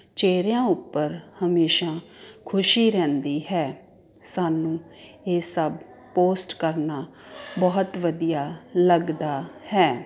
ਚਿਹਰਿਆਂ ਉੱਪਰ ਹਮੇਸ਼ਾ ਖੁਸ਼ੀ ਰਹਿੰਦੀ ਹੈ ਸਾਨੂੰ ਇਹ ਸਭ ਪੋਸਟ ਕਰਨਾ ਬਹੁਤ ਵਧੀਆ ਲੱਗਦਾ ਹੈ